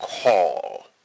call